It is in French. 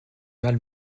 mal